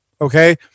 okay